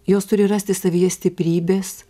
jos turi rasti savyje stiprybės